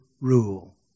rule